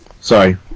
Sorry